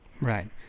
right